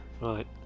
right